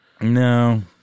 No